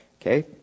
Okay